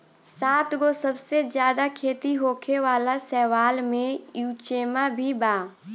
सातगो सबसे ज्यादा खेती होखे वाला शैवाल में युचेमा भी बा